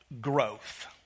growth